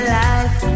life